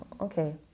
okay